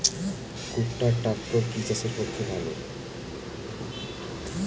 কুবটার ট্রাকটার কি চাষের পক্ষে ভালো?